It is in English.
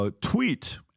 Tweet